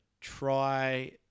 try